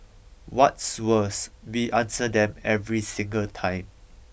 what's worse we answer them every single time